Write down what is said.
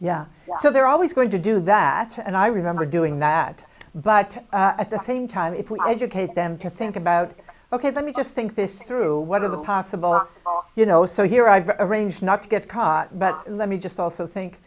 yeah so they're always going to do that and i remember doing that but at the same time if we educate them to think about ok let me just think this through what are the possible you know so here i've arranged not to get caught but let me just also think